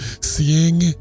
seeing